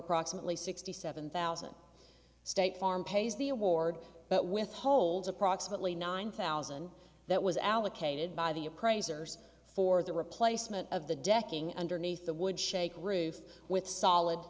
approximately sixty seven thousand state farm pays the award but withholds approximately nine thousand that was allocated by the appraisers for the replacement of the decking underneath the would shake roof with solid